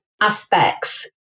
aspects